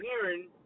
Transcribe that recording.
hearing